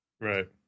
Right